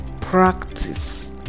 practice